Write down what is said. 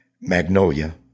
Magnolia